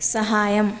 సహాయం